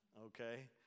okay